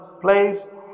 place